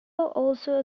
also